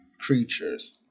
creatures